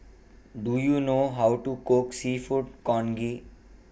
Do YOU know How to Cook Seafood Congee